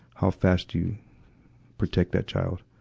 how fast do you protect that child?